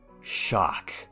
shock